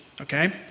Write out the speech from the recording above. okay